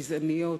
גזעניות,